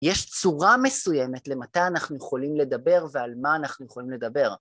יש צורה מסוימת למתי אנחנו יכולים לדבר ועל מה אנחנו יכולים לדבר.